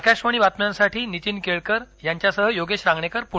आकाशवाणी बातम्यांसाठी नीतीन केळकर यांच्यासह योगेश रांगणेकर पुणे